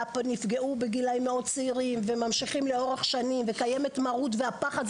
נפגעו בגילאים מאוד צעירים וממשיכים לאורך שנים וקיימת מרות והפחד,